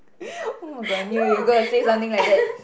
oh-my-god I knew you were gonna say something like that